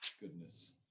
goodness